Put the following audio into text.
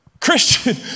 Christian